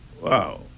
Wow